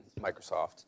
Microsoft